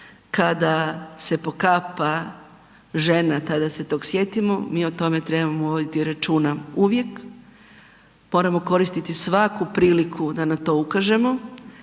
kada se pokapa žena tada se tog sjetimo, mi o tome trebamo voditi računa uvijek. Moramo koristiti svaku priliku da na to ukažemo,